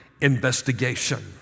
investigation